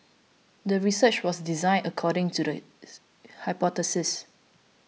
the research was designed according to the hypothesis